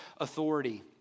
authority